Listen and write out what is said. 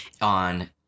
on